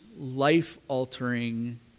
life-altering